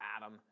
Adam